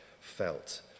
felt